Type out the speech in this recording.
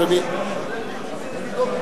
היושב-ראש, אפשר משהו לסדר?